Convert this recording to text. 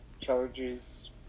charges